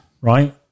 Right